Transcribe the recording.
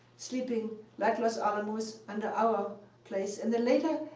sleeping like los alamos under our place. and then later,